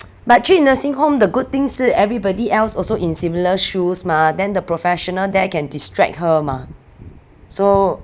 but 去 nursing home the good thing 是 everybody else also in similar shoes mah then the professional there can distract her mah so